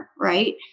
right